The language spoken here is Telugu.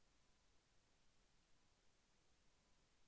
ఖరీఫ్ సీజన్ ఏ నెల నుండి ప్రారంభం అగును?